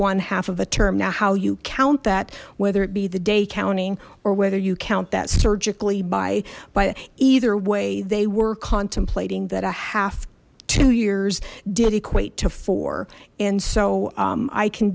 one half of a term now how you count that whether it be the day counting or whether you count that surgically by but either way they were contemplating that a half two years did equate to four and so i can